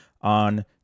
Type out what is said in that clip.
on